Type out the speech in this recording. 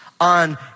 on